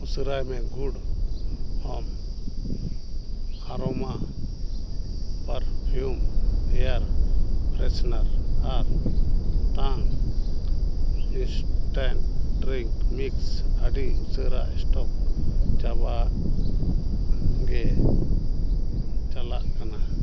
ᱩᱥᱟᱹᱨᱟᱭ ᱢᱮ good home aroma perfumed air freshener ᱟᱨ ᱴᱟᱝ ᱤᱱᱥᱴᱮᱱᱴ ᱰᱨᱤᱝ ᱢᱤᱠᱥ ᱟᱹᱰᱤ ᱩᱥᱟᱹᱨᱟ ᱥᱴᱚᱠ ᱪᱟᱵᱟᱜ ᱛᱮ ᱪᱟᱞᱟᱜ ᱠᱟᱱᱟ